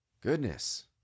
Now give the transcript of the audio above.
Goodness